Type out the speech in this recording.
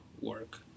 work